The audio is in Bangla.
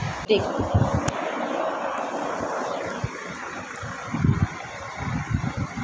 গ্রামীণ ব্যাংক কি ভূমিহীন দরিদ্র নারীদের পাঁচজনের দলকে ক্ষুদ্রঋণ প্রদান করে?